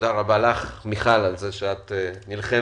תודה רבה לך, מיכל, על זה שאת נלחמת